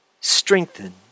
strengthen